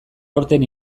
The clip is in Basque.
aurten